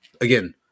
again